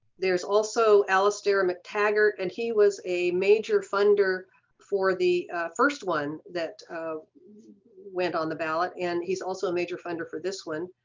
there's also allister mactaggart and he was a major funder for the first one that went on the ballot and he's also a major funder for this one.